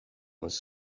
his